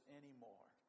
anymore